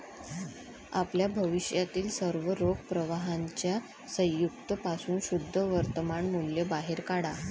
आपल्या भविष्यातील सर्व रोख प्रवाहांच्या संयुक्त पासून शुद्ध वर्तमान मूल्य बाहेर काढा